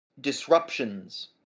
disruptions